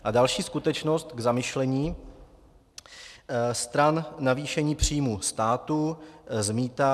A další skutečnost k zamyšlení stran navýšení příjmu státu z mýta.